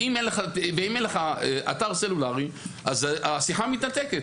אם אין לך אתר סלולרי, אז השיחה מתנתקת.